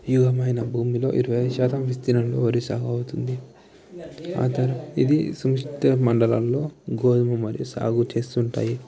యోగ్యమైన భూమిలో ఇరవైఐదు శాతం విస్తీర్ణంలో వారి సాగు అవుతుంది అలా ఇది శీతోష్ణ మండలంలో గోధుమ వరి సాగు చేస్తుంటాయి